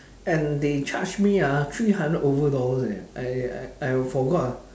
and they charge me ah three hundred over dollar eh I I !aiyo! forgot